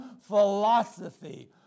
philosophy